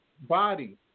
body